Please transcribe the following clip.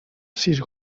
sis